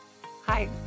Hi